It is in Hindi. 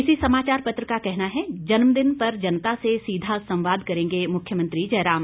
इसी समाचार पत्र का कहना है जन्मदिन पर जनता से सीधा संवाद करेंगे मुख्यमंत्री जयराम